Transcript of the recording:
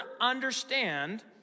understand